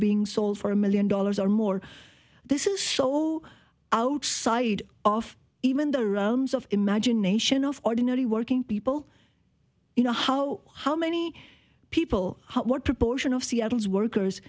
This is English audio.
being sold for a million dollars or more this is shaw outside of even the rooms of imagination of ordinary working people you know how how many people what proportion of seattle's workers